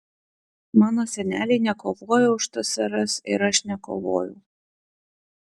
mano seneliai nekovojo už tsrs ir aš nekovojau